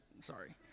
sorry